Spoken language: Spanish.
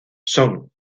son